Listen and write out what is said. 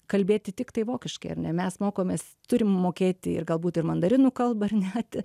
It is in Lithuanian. kalbėti tiktai vokiškai ar ne mes mokomės turim mokėti ir galbūt ir mandarinų kalbą ar ne t